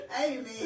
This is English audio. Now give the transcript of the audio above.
Amen